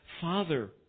Father